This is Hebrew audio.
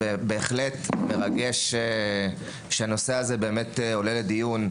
בהחלט מרגש שהנושא הזה עולה לדיון.